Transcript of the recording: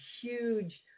huge